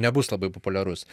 nebus labai populiarus